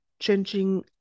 changing